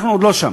אנחנו עוד לא שם.